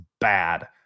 bad